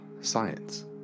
science